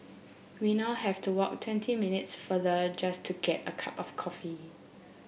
we now have to walk twenty minutes farther just to get a cup of coffee